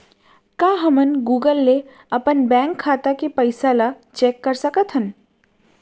का हमन गूगल ले अपन बैंक खाता के पइसा ला चेक कर सकथन का?